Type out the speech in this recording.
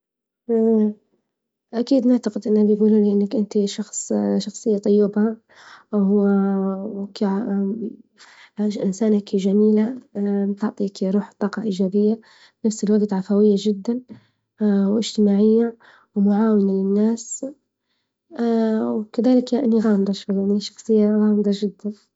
أكيد نعتقد إن يجولوا لي إنك إنت شخص شخصية طيبة بعد أو هو وك إنسانة هكي جميلة، تعطي كي روح طاقة إيجابية بنفس الوجت عفوية جدا وإجتماعية ومعاونة للناس وكذلك يعني غامضة شوي يعني شخصية غامضة جدا.